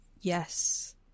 Yes